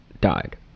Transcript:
died